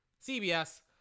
CBS